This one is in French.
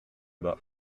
bas